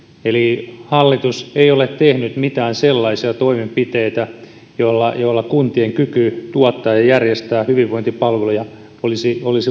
eli hallitus ei ole tehnyt mitään sellaisia toimenpiteitä joilla joilla kuntien kyky tuottaa ja järjestää hyvinvointipalveluja olisi